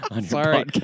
Sorry